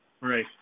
right